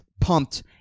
pumped